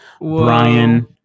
Brian